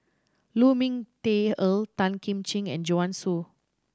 Lu Ming Teh Earl Tan Kim Ching and Joanne Soo